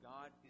God